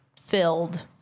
filled